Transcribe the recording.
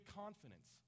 confidence